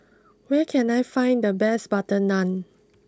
where can I find the best Butter Naan